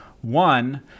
One